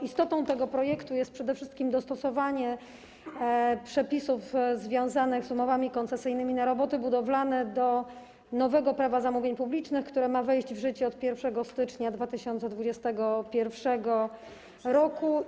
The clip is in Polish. Istotą tego projektu jest przede wszystkim dostosowanie przepisów związanych z umowami koncesyjnymi na roboty budowlane do nowego Prawa zamówień publicznych, które ma wejść w życie 1 stycznia 2021 r.